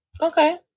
Okay